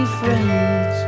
friends